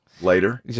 Later